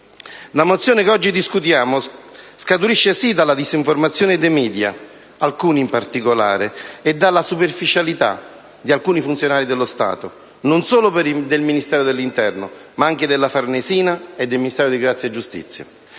La mozione che oggi discutiamo scaturisce dalla disinformazione dei *media*, alcuni in particolare, e dalla superficialità di alcuni funzionari dello Stato, non solo del Ministero dell'interno, ma anche della Farnesina e del Ministero della giustizia,